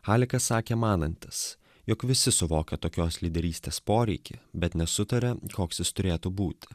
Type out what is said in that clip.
halikas sakė manantis jog visi suvokia tokios lyderystės poreikį bet nesutaria koks jis turėtų būti